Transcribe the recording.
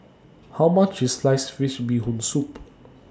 How much IS Sliced Fish Bee Hoon Soup